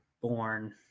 born